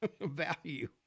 value